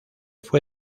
fue